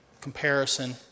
comparison